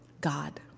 God